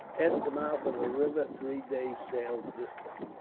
at the mouth of a river three days' sail distant.